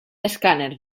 escáner